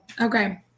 Okay